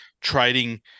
trading